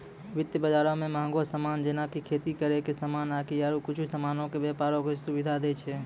वित्त बजारो मे मंहगो समान जेना कि खेती करै के समान आकि आरु कुछु समानो के व्यपारो के सुविधा दै छै